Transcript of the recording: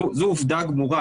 זו עובדה גמורה,